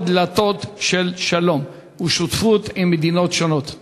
דלתות של שלום ושותפות עם מדינות שונות.